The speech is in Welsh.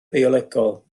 biolegol